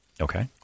Okay